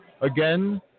again